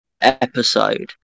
episode